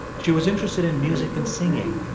she was interested in music and singing,